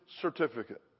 certificate